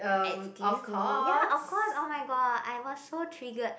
excuse me ya of course oh-my-god I was so triggered